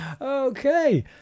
Okay